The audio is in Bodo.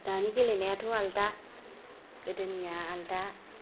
दानि गेलेनायाथ' आलदा गोदोनिया आलादा